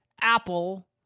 Apple